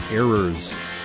errors